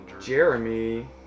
Jeremy